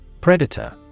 Predator